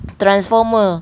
transformer